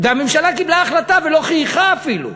והממשלה קיבלה החלטה ולא חייכה אפילו.